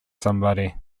somebody